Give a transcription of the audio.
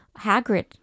Hagrid